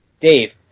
Dave